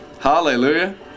Hallelujah